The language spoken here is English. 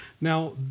Now